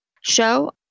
show